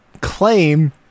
claim